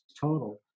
total